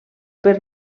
per